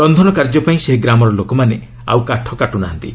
ରନ୍ଧନ କାର୍ଯ୍ୟ ପାଇଁ ସେହି ଗ୍ରାମର ଲୋକମାନେ ଆଉ କାଠ କାଟୁ ନାହାନ୍ତି